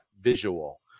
visual